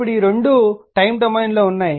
ఇప్పుడు ఇవి రెండూ టైమ్ డొమైన్లో ఉన్నాయి